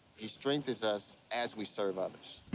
he strengthens us as we serve others.